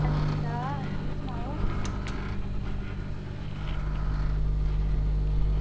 अच्छा अंजी सनाओ